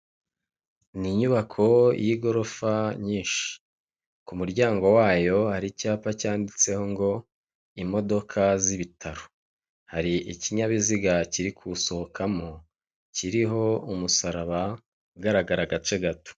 N'inyubako y'igorofa nyinshi, ku muryango wayo hari icyapa cyanditseho ngo imodoka z'ibitaro, hari ikinyabiziga kiri kusohokamo kiriho umusaraba ugaragara agace gato.